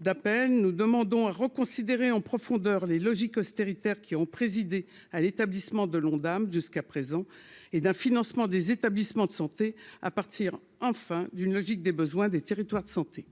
d'à peine, nous demandons à reconsidérer en profondeur les logiques austéritaires qui ont présidé à l'établissement de l'Ondam, jusqu'à présent et d'un financement des établissements de santé à partir, enfin d'une logique des besoins des territoires de santé.